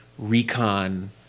recon